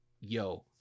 yo